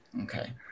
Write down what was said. Okay